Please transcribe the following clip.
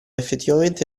effettivamente